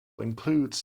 includes